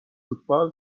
فوتبال